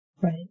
Right